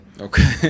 okay